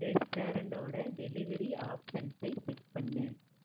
ரெஸ்டாரண்டோட delivery ஆப்ஷன்ஸை check பண்ணு